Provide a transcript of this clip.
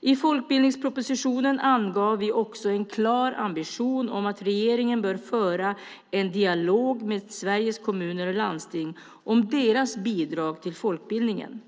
I folkbildningspropositionen angav vi också en klar ambition att regeringen bör föra en dialog med Sveriges kommuner och landsting om deras bidrag till folkbildningen.